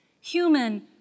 human